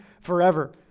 forever